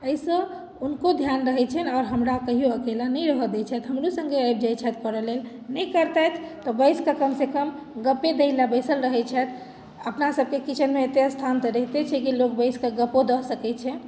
एहिसँ हुनको ध्यान रहैत छनि आओर हमरा कहिओ अकेला नहि रहऽ दैत छथि हमरो सङ्गे आबि जाइत छथि करय लेल नहि करतथि तऽ बैसिके कमसँ कम गप्पे दै लेल बैसल रहैत छथि अपनासभके किचनमे एतेक स्थान तऽ रहिते छै कि लोक बैसके गप्पो दऽ सकैत छै